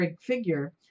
figure